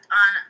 on